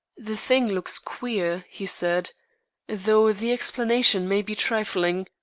the thing looks queer, he said though the explanation may be trifling.